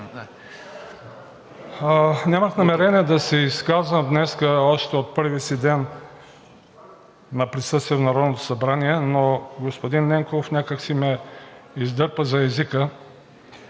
Нямах намерение да се изказвам днес още от първия си ден на присъствие в Народното събрание, но господин Ненков някак си ме издърпа за езика.